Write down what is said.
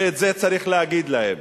ואת זה צריך להגיד להם.